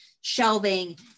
shelving